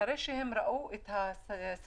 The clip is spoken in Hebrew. אחרי שהן ראו את הסרטונים,